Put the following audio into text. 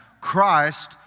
Christ